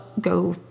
go